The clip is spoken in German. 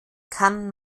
kann